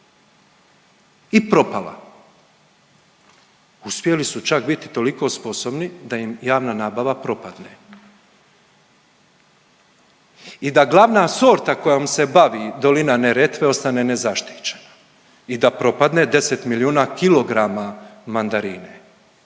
i propala. Uspjeli su čak biti toliko sposobni da im javna nabava propadne. I da glavna sorta kojom se bavi dolina Neretve ostane nezaštićena i da propadne 10 milijuna kilograma mandarine.